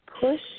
push